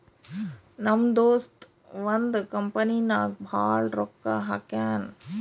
ನಮ್ ದೋಸ್ತ ಒಂದ್ ಕಂಪನಿ ನಾಗ್ ಭಾಳ್ ರೊಕ್ಕಾ ಹಾಕ್ಯಾನ್